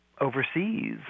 overseas